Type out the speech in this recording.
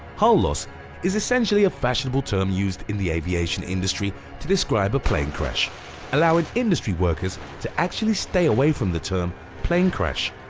hull loss is essentially a fashionable term used in the aviation industry to describe a plane crash allowing industry workers to actually stay away from the term plane crash.